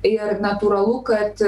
ir natūralu kad